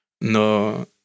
no